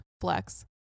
Flex